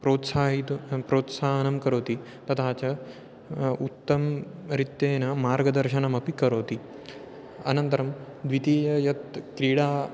प्रोत्साहितः प्रोत्साहनं करोति तथा च उत्तमरीत्या मार्गदर्शनमपि करोति अनन्तरं द्वितीयं यत् क्रीडा